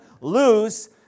lose